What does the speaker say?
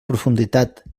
profunditat